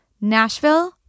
Nashville